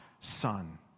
son